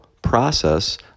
process